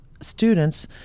students